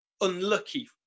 unlucky